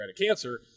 cancer